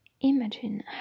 Imagine